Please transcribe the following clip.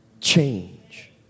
change